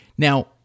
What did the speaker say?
Now